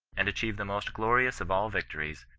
and achieve the most glorious of all victories,